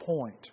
point